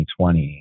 2020